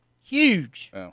Huge